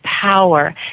power